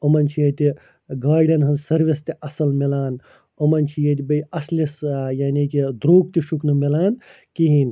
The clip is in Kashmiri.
یِمَن چھِ ییٚتہِ گاڑیٚن ہنٛز سٔروِس تہِ اصٕل میلان یِمَن چھِ ییٚتہِ بیٚیہِ اصلِس ٲں یعنی کہِ درٛوٚگ تہِ چھُکھ نہٕ میلان کِہیٖنۍ